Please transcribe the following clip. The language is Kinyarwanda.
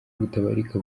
butabarika